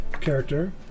character